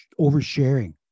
oversharing